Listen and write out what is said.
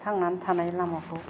थांनानै थानाय लामाखौ